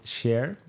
share